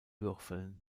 würfeln